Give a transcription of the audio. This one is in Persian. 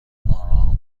آرام